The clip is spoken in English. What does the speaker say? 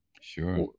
Sure